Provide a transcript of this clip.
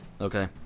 okay